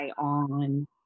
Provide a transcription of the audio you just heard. on